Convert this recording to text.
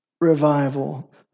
revival